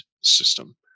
system